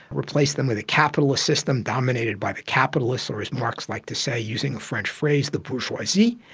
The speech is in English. replace them with a capitalist system dominated by the capitalists or, as marx like to say using a french phrase, the bourgeoisie.